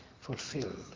fulfilled